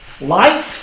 light